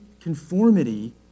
conformity